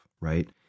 right